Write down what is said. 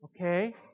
okay